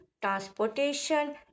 transportation